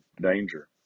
danger